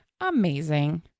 amazing